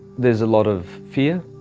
there is a lot of fear